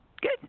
Good